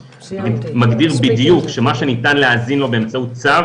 מגדיר בדיוק שמה שניתן להאזין לו באמצעות צו